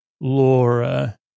Laura